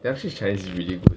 liang xun's chinese is really good